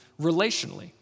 relationally